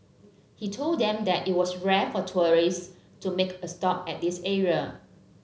he told them that it was rare for tourists to make a stop at this area